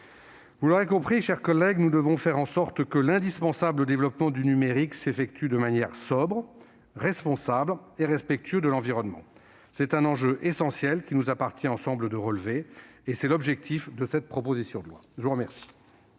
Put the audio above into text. Vous l'aurez compris, mes chers collègues, nous devons faire en sorte que l'indispensable développement du numérique s'effectue de manière sobre, responsable et respectueuse de l'environnement. C'est un enjeu essentiel qu'il nous appartient, ensemble, de relever. Tel est l'objectif de cette proposition de loi. La parole